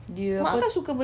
dia apa